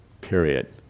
period